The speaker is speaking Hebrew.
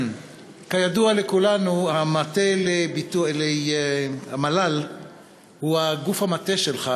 כידוע לכולנו, המל"ל הוא גוף המטה שלך